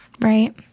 Right